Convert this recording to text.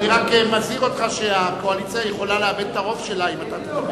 אני רק מזהיר אותך שהקואליציה יכולה לאבד את הרוב שלה אם אתה תדבר.